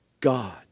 God